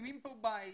מקימים כאן בית,